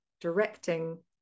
directing